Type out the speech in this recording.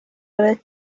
oled